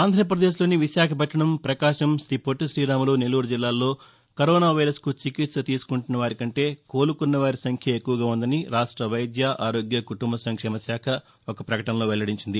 ఆంధ్రప్రదేశ్లోని విశాఖపట్టణం పకాశం శ్రీపొట్టి శ్రీరాములు నెల్లూరు జిల్లాల్లో కరోనా వైరస్కు చికిత్స తీసుకుంటున్న వారి కంటే కోలుకున్న వారి సంఖ్యే ఎక్కువగా ఉందని రాష్ట వైద్య ఆరోగ్య కుటుంబ సంక్షేమశాఖ ఒక ప్రకటనలో వెల్లడించింది